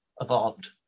evolved